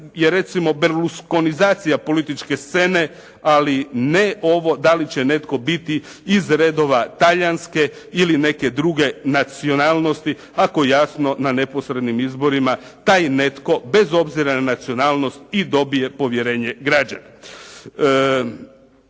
je recimo berluskonizacija političke scene, ali ne ovo dali će netko biti iz redova Talijanske ili neke druge nacionalnosti ako jasno na neposrednim izborima taj netko bez obzira na nacionalnost i dobije povjerenje građana.